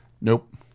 Nope